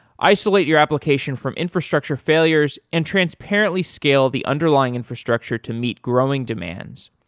isolate your application from infrastructure failures and transparently scale the underlying infrastructure to meet growing demands,